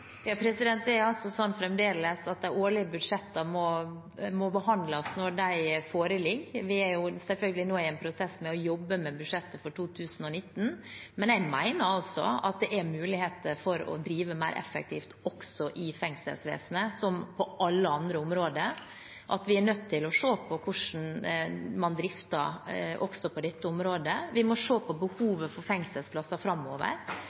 Det er fremdeles slik at de årlige budsjettene må behandles når de foreligger. Vi er selvfølgelig nå i en prosess og jobber med budsjettet for 2019, men jeg mener det er muligheter for å drive mer effektivt også i fengselsvesenet, som på alle andre områder. Vi er nødt til å se på hvordan man drifter også på dette området. Vi må se på behovet for fengselsplasser framover.